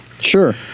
Sure